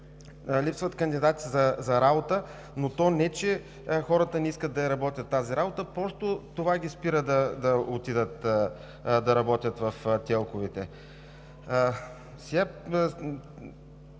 Липсват кандидати за работа, но не че хората не искат да работят тази работа, а просто това ги спира да отидат да работят в ТЕЛК овете.